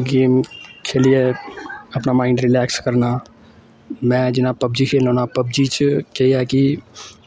game खेलियै अपना mind relax करना में जियां पबजी खेलना होन्ना पबजी च केह् ऐ कि